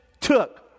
took